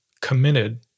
committed